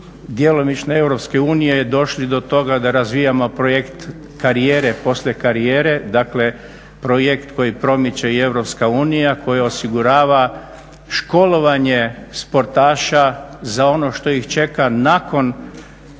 Europske unije došli do toga da razvijamo projekt karijere poslije karijere, dakle projekt koji promiče i Europska unija koja osigurava školovanje sportaša za ono što ih čeka nakon